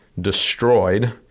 destroyed